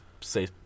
say